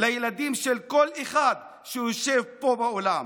לילדים של כל אחד שיושב פה באולם.